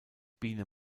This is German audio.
biene